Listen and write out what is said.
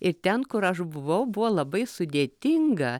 ir ten kur aš buvau buvo labai sudėtinga